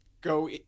go